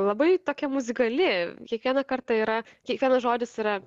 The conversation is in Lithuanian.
labai tokia muzikali kiekvieną kartą yra kiekvienas žodis yra